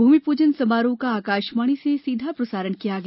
भूमि पूजन समारोह का आकाशवाणी से सीधा प्रसारण किया गया